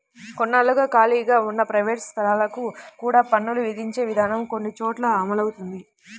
కొన్నాళ్లుగా ఖాళీగా ఉన్న ప్రైవేట్ స్థలాలకు కూడా పన్నులు విధించే విధానం కొన్ని చోట్ల అమలవుతోంది